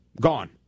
Gone